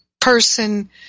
person